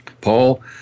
Paul